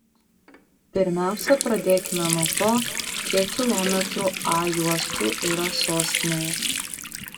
pirmiausia pradėkime nuo to kiek kilometrų a juostų yra sostinėje